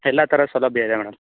ಎಲ್ಲ ಥರ ಸೌಲಭ್ಯ ಇದೆ ಮೇಡಮ್